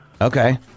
Okay